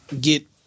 get